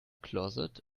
closet